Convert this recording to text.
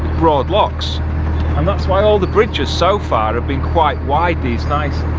broad locks and that's why all the bridges so far have been quite wide, these nice,